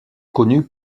connue